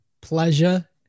Pleasure